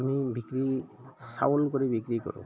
আমি বিক্ৰী চাউল কৰি বিক্ৰী কৰোঁ